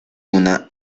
una